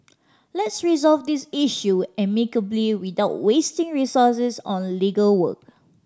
let's resolve this issue amicably without wasting resources on legal work